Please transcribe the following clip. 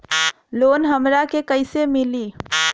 Loan हमरा के कईसे मिली?